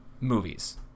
movies